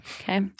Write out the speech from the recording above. Okay